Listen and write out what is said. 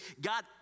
God